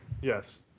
Yes